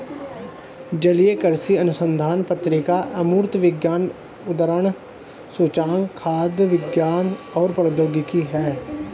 जलीय कृषि अनुसंधान पत्रिका अमूर्त विज्ञान उद्धरण सूचकांक खाद्य विज्ञान और प्रौद्योगिकी है